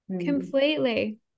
completely